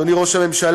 אדוני ראש הממשלה,